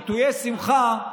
ביטויי שמחה,